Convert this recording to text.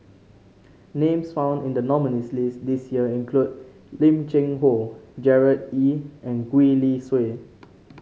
names found in the nominees' list this year include Lim Cheng Hoe Gerard Ee and Gwee Li Sui